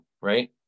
right